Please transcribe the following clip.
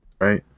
right